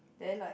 then like